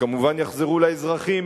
שכמובן יחזרו לאזרחים,